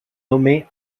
nommé